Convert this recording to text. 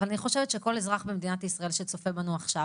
אבל אני חושבת שכל אזרח במדינת ישראל שצופה בנו עכשיו